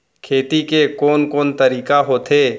खेती के कोन कोन तरीका होथे?